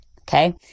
okay